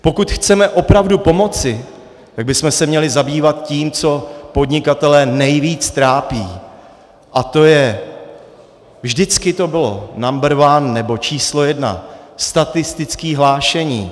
Pokud chceme opravdu pomoci, tak bychom se měli zabývat tím, co podnikatele nejvíc trápí, a to je vždycky to bylo number one nebo číslo jedna statistické hlášení.